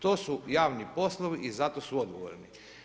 To su javni poslovi i zato su odgovorni.